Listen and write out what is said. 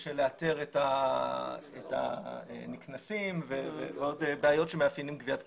שקשה לאתר את הנקנסים ועוד בעיות שמאפיינות גביית קנסות,